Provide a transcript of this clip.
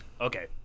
Okay